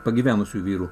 pagyvenusių vyrų